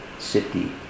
city